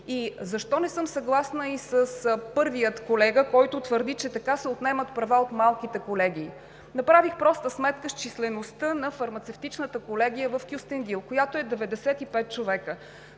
Защо не съм съгласна с първия колега, който твърди, че така се отнемат права от малките колегии? Направих проста сметка с числеността на Фармацевтичната колегия в Кюстендил, която е 95 човека.